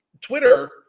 Twitter